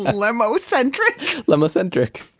ah lemo-centric lemo-centric